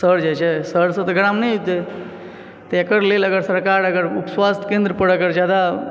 शहर जाइ छै शहर से तऽ ग्राम नहि आउते तऽ एकर लेल अगर सरकार अगर उप स्वास्थ्य केन्द्र पर अगर जादा